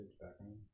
background